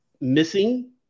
missing